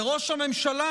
וראש הממשלה,